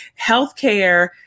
healthcare